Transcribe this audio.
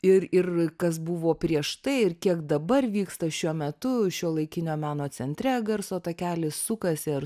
ir ir kas buvo prieš tai ir kiek dabar vyksta šiuo metu šiuolaikinio meno centre garso takelis sukasi ar